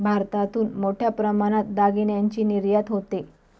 भारतातून मोठ्या प्रमाणात दागिन्यांची निर्यात होते